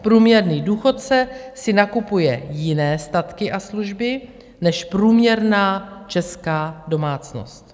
Průměrný důchodce si nakupuje jiné statky a služby než průměrná česká domácnost.